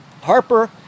Harper